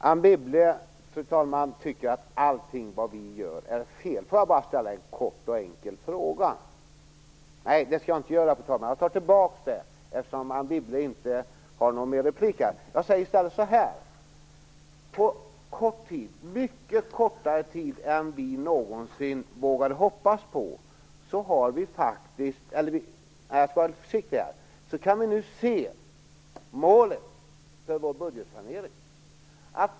Fru talman! Anne Wibble tycker att allt det vi gör är fel. Låt mig bara ställa en kort och enkel fråga. Nej, det skall jag inte göra, fru talman. Jag tar tillbaks det, eftersom Anne Wibble har någon mer replik. Jag säger så här i stället: Efter en kort tid, mycket kortare tid än vi någonsin vågade hoppades på, kan vi nu se målet för vår budgetsanering.